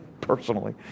personally